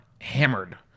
hammered